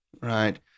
right